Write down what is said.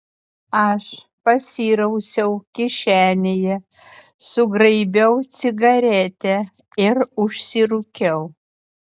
aš pasirausiau kišenėje sugraibiau cigaretę ir užsirūkiau